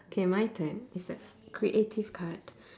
K my turn it's a creative card